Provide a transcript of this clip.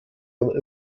aber